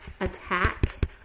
attack